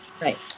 Right